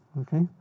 okay